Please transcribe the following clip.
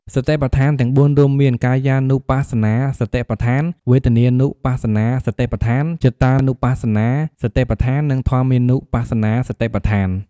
សតិប្បដ្ឋានទាំង ៤ រួមមាន កាយានុបស្សនាសតិប្បដ្ឋាន វេទនានុបស្សនាសតិប្បដ្ឋាន ចិត្តានុបស្សនាសតិប្បដ្ឋាន និងធម្មមានុបស្សនាសតិប្បដ្ឋាន។